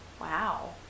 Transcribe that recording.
Wow